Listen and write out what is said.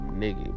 nigga